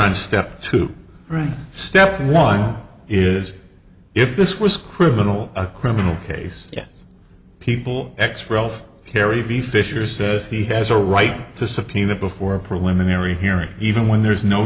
on step two right step one is if this was criminal a criminal case yes people x rove carrie fisher says he has a right to subpoena before a preliminary hearing even when there's no